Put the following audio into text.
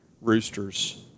roosters